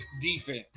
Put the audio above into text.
defense